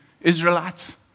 Israelites